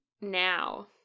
now